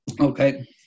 okay